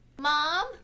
Mom